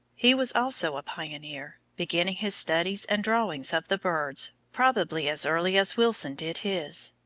he was also a pioneer, beginning his studies and drawings of the birds probably as early as wilson did his,